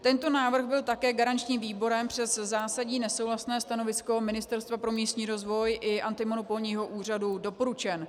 Tento návrh byl také garančním výborem přes zásadní nesouhlasné stanovisko Ministerstva pro místní rozvoj i antimonopolního úřadu doporučen.